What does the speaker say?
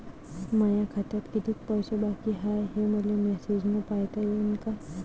माया खात्यात कितीक पैसे बाकी हाय, हे मले मॅसेजन पायता येईन का?